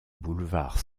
boulevard